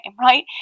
right